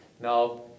now